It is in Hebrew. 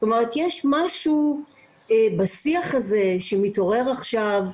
יש משהו בשיח הזה שמתעורר עכשיו,